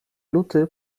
luty